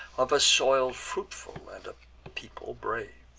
of a soil fruitful, and a people brave.